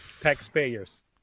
taxpayers